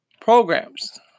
programs